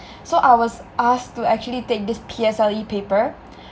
so I was uh asked to actually take this P_S_L_E paper